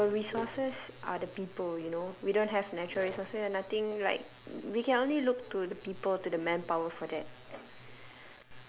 our resources are the people you know we don't have natural resources we have nothing like we can only look to the people to the manpower for that